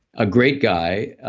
a great guy.